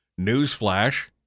newsflash